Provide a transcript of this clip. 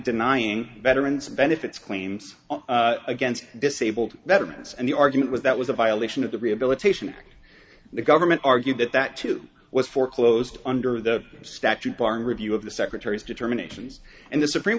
denying veterans benefits claims against disabled veterans and the argument was that was a violation of the rehabilitation of the government argued that that too was foreclosed under the statute barring review of the secretary's determinations and the supreme